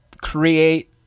create